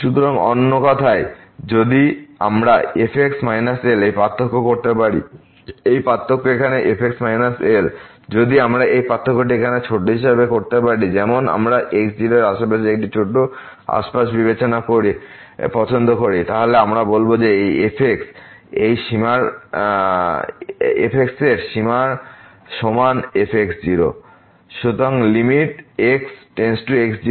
সুতরাং অন্য কথায় যদি আমরা fx Lএই পার্থক্য করতে পারি এই পার্থক্য এখানে fx L যদি আমরা এই পার্থক্যটি একটি ছোট হিসাবে করতে পারি যেমন আমরা এই x0এর আশেপাশে একটি ছোট আশপাশ বিবেচনা করে পছন্দ করি তাহলে আমরা বলব যে এই f এই এর সীমার সমান f x →x0fx L